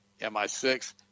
MI6